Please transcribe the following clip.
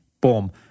boom